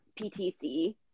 PTC